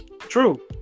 True